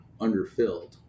underfilled